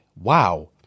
Wow